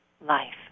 life